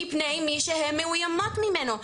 מפני מי שהן מאוימות ממנו,